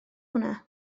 hwnna